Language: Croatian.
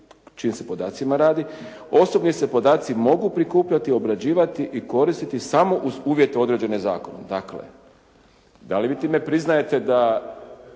čijim se podacima radi, osobni se podaci mogu prikupljati, obrađivati i koristiti samo uz uvjete određene zakonom. Dakle da li vi time priznajete da